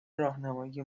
راهنمایی